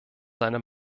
seine